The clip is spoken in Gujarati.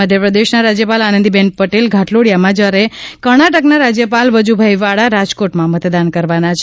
મધ્યપ્રદેશના રાજ્યપાલ આનંદીબેન પટેલ ઘાટલોડિયામાં જ્યારે કર્ણાટકના રાજ્યપાલ વજુભાઇ વાળા રાજકોટમાં મતદાન કરનાર છે